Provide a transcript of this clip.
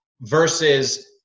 versus